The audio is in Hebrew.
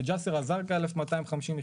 בג'אסר א זרקא 1,250 יחידות.